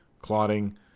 clotting